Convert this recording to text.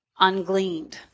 ungleaned